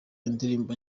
indirimbo